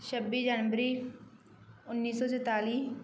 ਛੱਬੀ ਜਨਵਰੀ ਉੱਨੀ ਸੌ ਚੁਤਾਲੀ